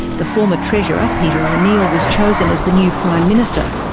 the former treasurer, peter o'neill, was chosen as the new prime minister.